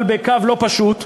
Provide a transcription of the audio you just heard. אבל בקו לא פשוט,